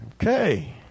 Okay